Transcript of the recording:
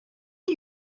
are